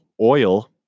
oil